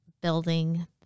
building